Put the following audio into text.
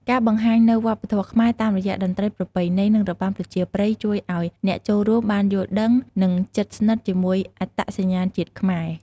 ការបង្ហាញនូវវប្បធម៌ខ្មែរតាមរយៈតន្រ្តីប្រពៃណី និងរបាំប្រជាប្រិយជួយឲ្យអ្នកចូលរួមបានយល់ដឹង និងជិតស្និទ្ធជាមួយអត្តសញ្ញាណជាតិខ្មែរ។